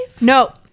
No